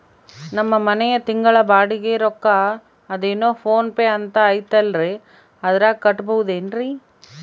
ನಮ್ಮ ಮನೆಯ ತಿಂಗಳ ಬಾಡಿಗೆ ರೊಕ್ಕ ಅದೇನೋ ಪೋನ್ ಪೇ ಅಂತಾ ಐತಲ್ರೇ ಅದರಾಗ ಕಟ್ಟಬಹುದೇನ್ರಿ?